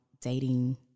dating